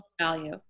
value